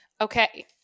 Okay